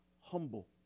humble